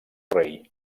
rei